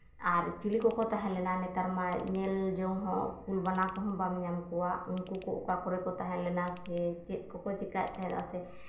ᱟᱨ ᱪᱤᱞᱤ ᱠᱚᱠᱚ ᱛᱟᱦᱮᱸᱞᱮᱱᱟ ᱱᱮᱛᱟᱨ ᱢᱟ ᱧᱮᱞ ᱡᱚᱝ ᱦᱚᱸ ᱠᱩᱞ ᱵᱟᱱᱟ ᱠᱚᱦᱚᱸ ᱵᱟᱢ ᱧᱟᱢ ᱠᱚᱣᱟ ᱩᱱᱠᱩ ᱠᱚ ᱚᱠᱟ ᱠᱚᱨᱮ ᱠᱚ ᱛᱟᱦᱮᱸᱞᱮᱱᱟ ᱥᱮ ᱪᱮᱫ ᱠᱚᱠᱚ ᱪᱮᱠᱟᱹᱭᱮᱫ ᱛᱟᱦᱮᱱᱟ ᱥᱮ